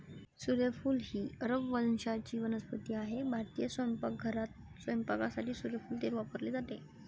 सूर्यफूल ही अरब वंशाची वनस्पती आहे भारतीय स्वयंपाकघरात स्वयंपाकासाठी सूर्यफूल तेल वापरले जाते